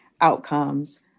outcomes